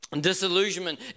Disillusionment